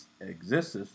exists